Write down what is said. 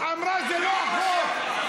זה מה שהיא